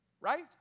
Right